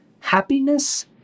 happiness